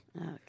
Okay